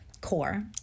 core